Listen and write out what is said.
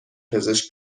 پزشک